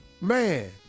Man